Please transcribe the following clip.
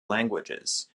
languages